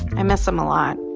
i miss them a lot.